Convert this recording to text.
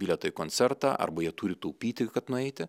bilieto į koncertą arba jie turi taupyti kad nueiti